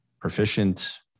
proficient